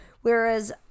whereas